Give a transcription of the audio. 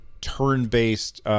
turn-based